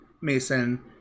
Mason